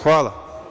Hvala.